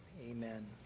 Amen